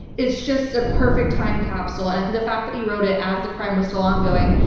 it's just a perfect time capsule, and and the fact that you wrote it as the crime was still ongoing.